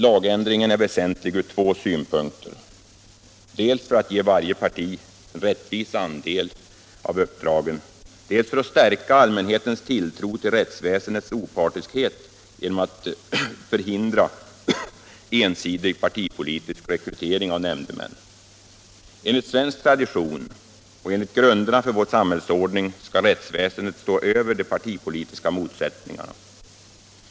Lagändringen är väsentlig från två synpunkter — dels för att ge varje parti en rättvis andel av uppdragen, dels för att stärka allmänhetens tilltro till rättsväsendets opartiskhet genom att förhindra ensidig partipolitisk rekrytering av nämndemän. Enligt svensk tradition och enligt grunderna för vår samhällsordning skall rättsväsendet stå över de partipolitiska motsättningarna.